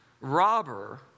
robber